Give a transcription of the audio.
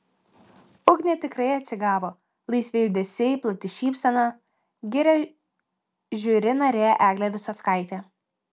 ugnė tikrai atsigavo laisvi judesiai plati šypsena giria žiuri narė eglė visockaitė